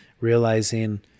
realizing